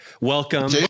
welcome